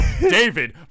David